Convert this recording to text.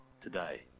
today